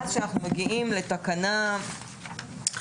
כאשר אנחנו מגיעים לתקנה 5,